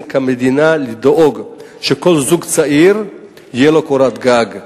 כמדינה לדאוג שלכל זוג צעיר תהיה קורת גג.